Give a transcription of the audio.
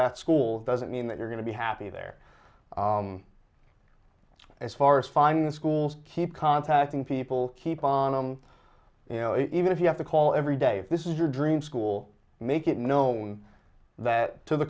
that school doesn't mean that you're going to be happy there as far as finding schools keep contacting people keep on them you know even if you have to call every day this is your dream school make it known that to the